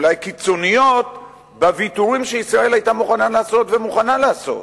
אולי קיצוניות בוויתורים שישראל היתה מוכנה לעשות ומוכנה לעשות,